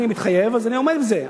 אני מתחייב, אז אני עומד בזה.